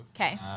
Okay